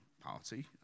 party